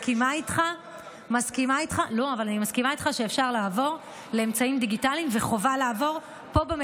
אני מסכימה איתך שאפשר לעבור לאמצעים דיגיטליים וחובה לעבור פה,